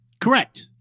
Correct